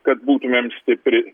kad būtumėm stipri